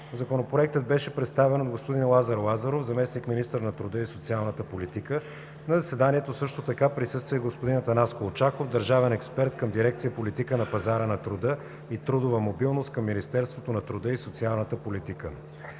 Законопроектът беше представен от господин Лазар Лазаров – заместник-министър на труда и социалната политика. На заседанието също така присъства и господин Атанас Колчаков – държавен експерт към дирекция „Политика на пазара на труда и трудова мобилност“ към Министерството на труда и социалната политика.